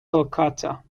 calcutta